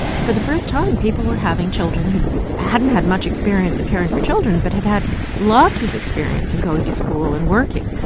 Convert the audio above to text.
for the first time, people were having children who hadn't had much experience of caring for children but had had lots of experience of going to school and working.